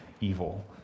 evil